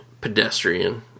pedestrian